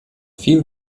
viel